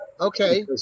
Okay